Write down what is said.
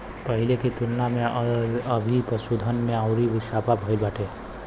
पहिले की तुलना में अभी पशुधन में अउरी इजाफा भईल बाटे